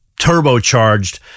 turbocharged